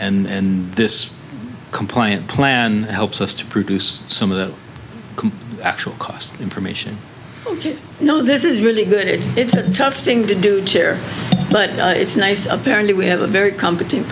that and this compliant plan helps us to produce some of the actual cost information you know this is really good if it's a tough thing to do chair but it's nice apparently we have a very competent